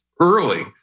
early